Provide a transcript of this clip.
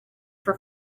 for